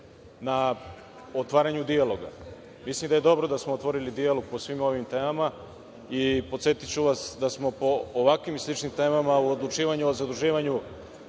na otvaranju dijaloga. Mislim da je dobro da smo otvorili dijalog po svim ovim temama. Podsetiću vas da smo po ovakvim i sličnim temama u odlučivanju o zaduživanju